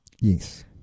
Yes